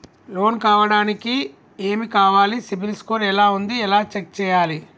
Loan కావడానికి ఏమి కావాలి సిబిల్ స్కోర్ ఎలా ఉంది ఎలా చెక్ చేయాలి?